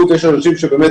וגם בעולם זה משהו שכאן